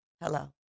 Hello